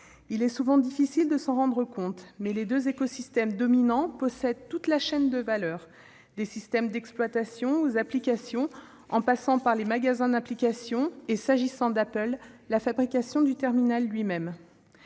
Il est souvent difficile de s'en rendre compte, mais ces deux acteurs dominants possèdent toute la chaîne de valeur, des systèmes d'exploitation aux applications en passant par les magasins d'applications et, s'agissant d'Apple, la fabrication du terminal lui-même.